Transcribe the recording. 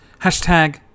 Hashtag